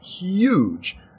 huge